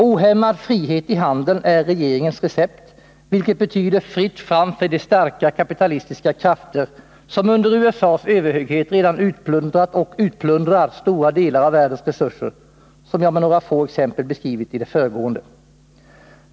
Ohämmad frihet i handeln är regeringens recept, vilket betyder fritt fram för de starka, kapitalistiska krafter som under USA:s överhöghet redan utplundrat och utplundrar stora delar av världens resurser, som jag med några få exempel beskrivit i det föregående.